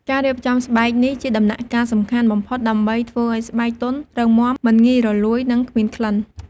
ការរៀបចំស្បែក នេះជាដំណាក់កាលសំខាន់បំផុតដើម្បីធ្វើឲ្យស្បែកទន់ រឹងមាំ មិនងាយរលួយ និងគ្មានក្លិន។